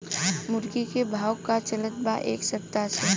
मुर्गा के भाव का चलत बा एक सप्ताह से?